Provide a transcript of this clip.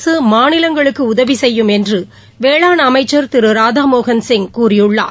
அரசு மாநிலங்களுக்கு உதவி செய்யும் என்று வேளாண் அமைச்சர் திரு ராதா மோகன் சிங் கூறியுள்ளார்